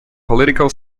political